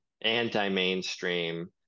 anti-mainstream